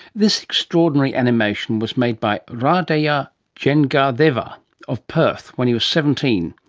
this extraordinary animation was made by radheya yeah jegatheva of perth when he was seventeen,